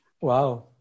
Wow